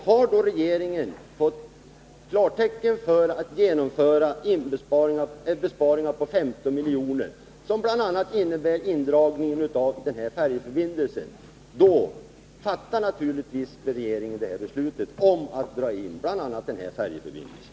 Har då regeringen fått klartecken för att genomföra besparingar på 15 milj.kr. genom bl.a. indragning av denna färjeförbindelse, fattar regeringen naturligtvis ett beslut om att dra in bl.a. den här färjeförbindelsen.